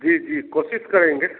जी जी कोशिश करेंगे